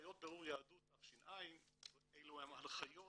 הנחיות בירור יהדות תש"ע, אלו הן הנחיות